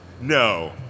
no